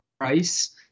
price